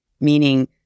meaning